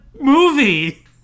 movie